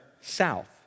south